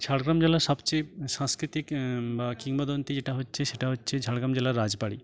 ঝাড়গ্রাম জেলার সবচেয়ে সাংস্কৃতিক বা কিংবদন্তি যেটা হচ্ছে সেটা হচ্ছে ঝাড়গ্রাম জেলার রাজবাড়ি